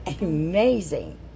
amazing